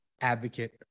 Advocate